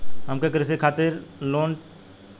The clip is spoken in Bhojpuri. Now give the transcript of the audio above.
हम कृषि खातिर लोन लेवल चाहऽ तनि कइसे होई?